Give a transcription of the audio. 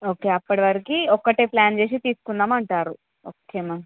okay అప్పడి వరకు ఒక్కటే ప్లాన్ చేసి తీసుకుందామంటారు ఓకే మ్యామ్